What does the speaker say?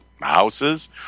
houses